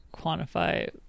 quantify